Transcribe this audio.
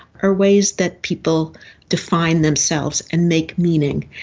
are ways that people define themselves and make meaning,